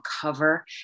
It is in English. cover